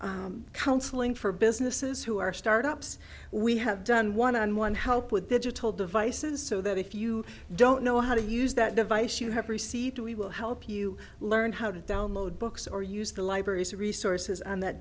one counseling for businesses who are startups we have done one on one help with digital devices so that if you don't know how to use that device you have received we will help you learn how to download books or use the libraries resources on that